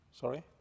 sorry